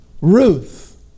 Ruth